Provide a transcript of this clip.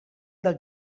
dels